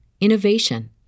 innovation